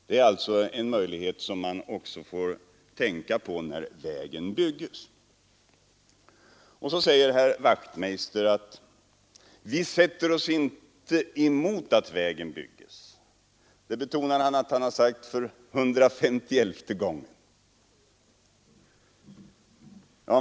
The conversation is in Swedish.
— Det är alltså en sak som man också får tänka på när vägen byggs. Nu säger herr Wachtmeister i Johannishus att reservanterna inte sätter sig emot att vägen byggs, och han betonar att han nu har sagt det för hundrafemtioelfte gången.